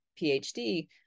PhD